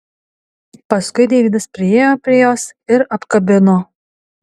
paskui deividas priėjo prie jos ir apkabino